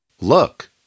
look